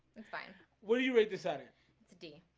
and fine what do you rate this out in the d?